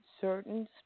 certain